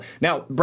Now